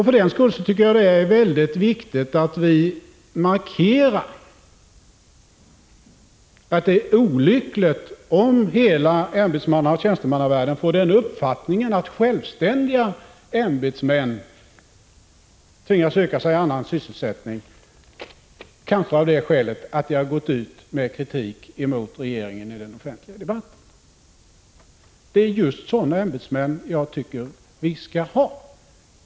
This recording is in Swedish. För den skull är det mycket viktigt att vi markerar att det är olyckligt om hela ämbetsmannaoch tjänstemannavärlden får den uppfattningen att sj diga ämbetsmän tvingas söka sig annan sysselsättning kanske av det skälet att de har gått ut med kritik mot regeringen i den offentliga debatten. Det är just sådana ämbetsmän vi enligt min mening skall ha.